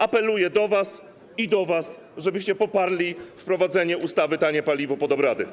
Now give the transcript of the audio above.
Apeluję do was i do was, żebyście poparli wprowadzenie ustawy Tanie Paliwo pod obrady.